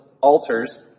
altars